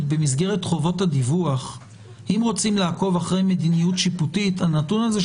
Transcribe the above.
כרגע אמירה מהותית לגבי הצעת החוק הספציפית כי אין פה את